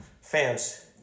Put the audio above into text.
fans